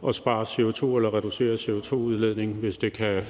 glimrende måde at reducere CO2-udledningen på, hvis det kan